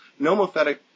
nomothetic